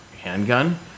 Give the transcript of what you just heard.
handgun